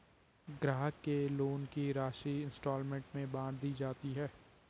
ग्राहक के लोन की राशि इंस्टॉल्मेंट में बाँट दी जाती है